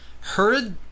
heard